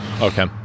okay